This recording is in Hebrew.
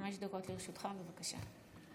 דקות לרשותך, בבקשה.